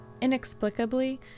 Inexplicably